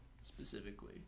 specifically